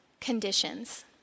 conditions